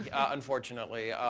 yeah unfortunately.